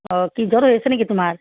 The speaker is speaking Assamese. অঁ কি জ্বৰ হৈ আছে নেকি তোমাৰ